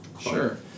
Sure